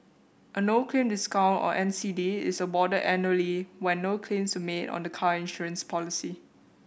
a no claim discount or N C D is awarded annually when no claims were made on the car insurance policy